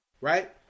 right